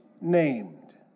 named